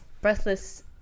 breathless